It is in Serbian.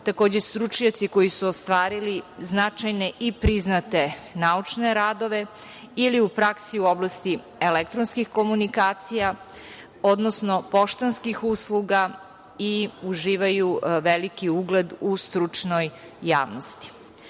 Takođe, stručnjaci koji su ostvarili značajne i priznate naučne radove ili u praksi u oblasti elektronskih komunikacija, odnosno poštanskih usluga i uživaju veliki ugled u stručnoj javnosti. Tri